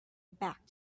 back